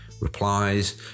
replies